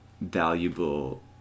valuable